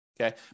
okay